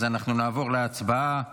אז אנחנו נעבור להצבעה